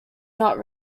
not